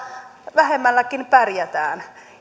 vähemmälläkin pärjätään